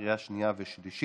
לקריאה שנייה ושלישית.